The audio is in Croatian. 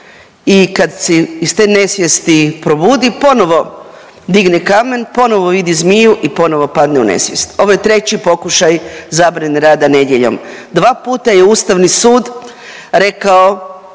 i kad se iz te nesvijesti probudi, ponovo digne kamen, ponovo vidi zmiju i ponovo padne u nesvijest. Ovo je treći pokušaj zabrane rada nedjeljom. Dva puta je Ustavni sud rekao